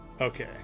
Okay